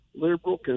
liberal